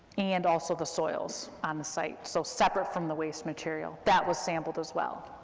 and also the soils on the site, so separate from the waste material, that was sampled, as well,